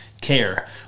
care